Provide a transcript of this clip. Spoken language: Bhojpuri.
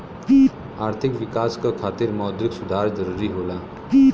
आर्थिक विकास क खातिर मौद्रिक सुधार जरुरी होला